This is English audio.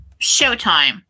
showtime